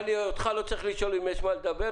אם זה צרכן ביתי שיש לו ארבעה מכלים,